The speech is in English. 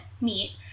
meet